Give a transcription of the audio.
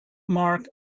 mark